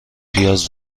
پیاز